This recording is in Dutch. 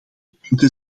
punten